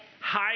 high